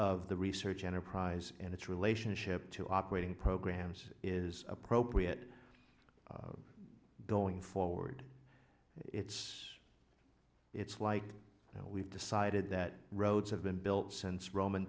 of the research enterprise and its relationship to operating programs is appropriate going forward it's it's like we've decided that roads have been built since roman